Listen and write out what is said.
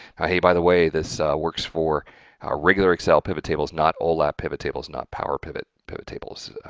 hey, by the way, this works for regular excel pivot tables, not olap pivot tables, not power pivot pivot tables.